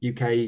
UK